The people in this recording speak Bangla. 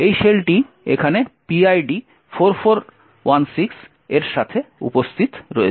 এই শেলটি এখানে PID 4416 এর সাথে উপস্থিত রয়েছে